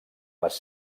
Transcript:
les